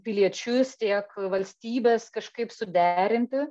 piliečius tiek valstybes kažkaip suderinti